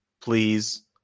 Please